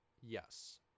Yes